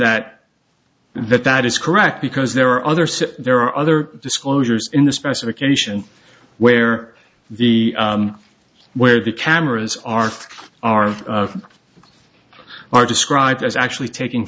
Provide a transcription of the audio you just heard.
that that that is correct because there are other so there are other disclosures in the specification where the where the cameras are are are described as actually taking